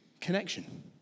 connection